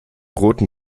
roten